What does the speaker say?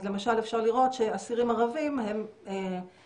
למשל אפשר לראות שאסירים ערבים הם 69%